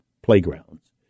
Playgrounds